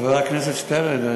חבר הכנסת שטרן,